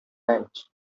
range